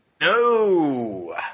No